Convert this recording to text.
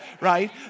right